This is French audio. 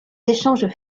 échanges